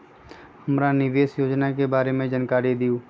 हमरा निवेस योजना के बारे में जानकारी दीउ?